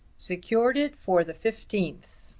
secured it for the fifteenth.